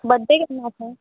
birthday केन्ना आसा